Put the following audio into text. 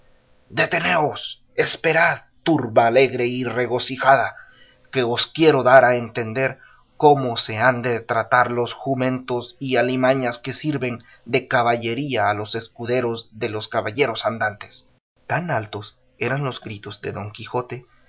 deteneos esperad turba alegre y regocijada que os quiero dar a entender cómo se han de tratar los jumentos y alimañas que sirven de caballería a los escuderos de los caballeros andantes tan altos eran los gritos de don quijote